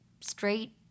straight